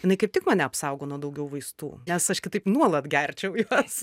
jinai kaip tik mane apsaugo nuo daugiau vaistų nes aš kitaip nuolat gerčiau juos